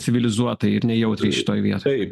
civilizuotai jautriai šitoj vietoj